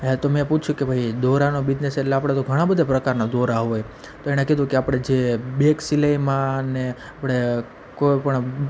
હે તો મેં પૂછ્યું કે ભાઈ દોરાનો બીજનેસ એટલે આપણે તો ઘણા બધા પ્રકારના દોરા હોય તો એણે કીધું કે આપણે જે બેગ સિલાઈમાં અને આપણે કોઈપણ